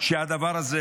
שהדבר הזה,